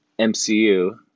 MCU